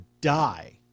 die